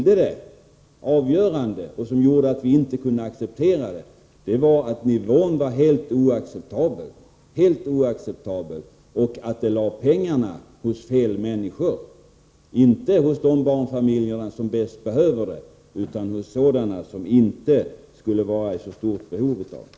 Den avgörande skillnaden, som gjorde att vi inte kunde godta det, var att nivån var helt oacceptabel och att ni lade pengarna hos fel människor — inte hos de barnfamiljer som bäst behöver dem utan hos sådana som inte skulle vara i så stort behov av det.